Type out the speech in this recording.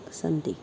सन्ति